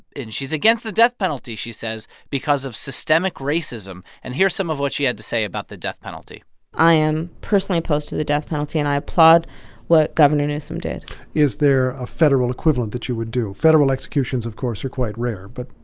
and she's against the death penalty, she says, because of systemic racism. and here's some of what she had to say about the death penalty i am personally opposed to the death penalty, and i applaud what governor newsom did is there a federal equivalent that you would do? federal executions, of course, are quite rare. but.